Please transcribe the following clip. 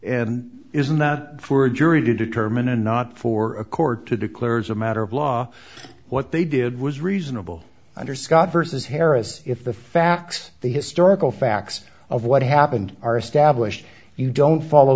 questions isn't that for a jury to determine and not for a court to declare as a matter of law what they did was reasonable under scott versus harris if the facts the historical facts of what happened are established you don't follow